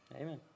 Amen